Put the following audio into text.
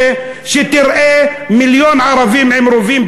כשתראה מיליון ערבים עם רובים,